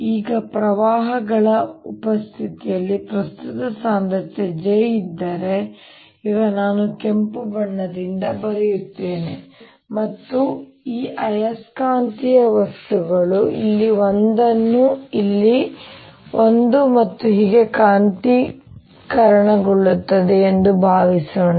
ಈಗ ಪ್ರವಾಹಗಳ ಉಪಸ್ಥಿತಿಯಲ್ಲಿ ಪ್ರಸ್ತುತ ಸಾಂದ್ರತೆ j ಇದ್ದರೆ ಈಗ ನಾನು ಕೆಂಪು ಬಣ್ಣದಿಂದ ಬರೆಯುತ್ತೇನೆ ಮತ್ತು ಈ ಆಯಸ್ಕಾಂತೀಯ ವಸ್ತುಗಳು ಇಲ್ಲಿ ಒಂದನ್ನು ಇಲ್ಲಿ ಒಂದು ಮತ್ತು ಹೀಗೆ ಕಾಂತೀಕರಣಗೊಳ್ಳುತ್ತವೆ ಎಂದು ಭಾವಿಸೋಣ